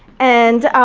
and